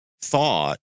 thought